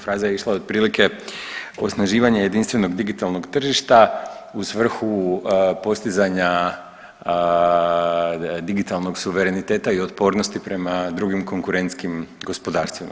Fraza je išla otprilike, osnaživanje jedinstvenog digitalnog tržišta u svrhu postizanja digitalnog suvereniteta i otpornosti prema drugim konkurentskim gospodarstvima.